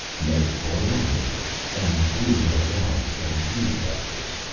mae bought an automobile, and blew her allowance against beauty doctors.